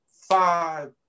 five